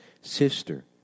sister